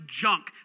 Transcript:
junk